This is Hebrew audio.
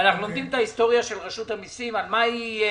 ואנחנו לומדים את ההיסטוריה של רשות המסים על מה יהיה